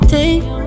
take